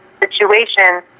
situation